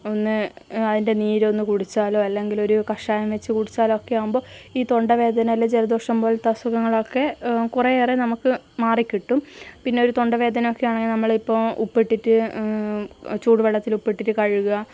ഒന്ന് അതിൻ്റെ നീര് ഒന്ന് കുടിച്ചാലോ അല്ലെങ്കിൽ ഒരു കഷായം വച്ച് കുടിച്ചാലോ ഓക്കെ ആകുമ്പോൾ ഈ തൊണ്ട വേദന അല്ല ജലദോഷം പോലത്തെ അസുഖങ്ങളൊക്കെ കൊറെയേറെ നമുക്ക് മാറിക്കിട്ടും പിന്നെ ഒരു തൊണ്ടവേദന ഒക്കെയാണെങ്കിൽ നമ്മളിപ്പോൾ ഉപ്പിട്ടിട്ട് ചൂടുവെള്ളത്തിൽ ഉപ്പിട്ടിട്ട് കഴുകുക